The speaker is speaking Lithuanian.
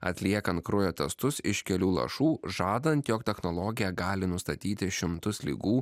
atliekant kraujo testus iš kelių lašų žadant jog technologija gali nustatyti šimtus ligų